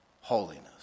holiness